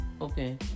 Okay